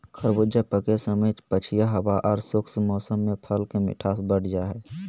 खरबूजा पके समय पछिया हवा आर शुष्क मौसम में फल के मिठास बढ़ जा हई